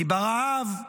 מי ברעב,